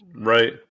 Right